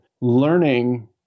learning